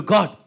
God